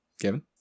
Kevin